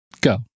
Go